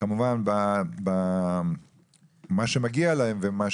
כמובן במה שמגיע להם ומה